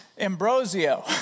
Ambrosio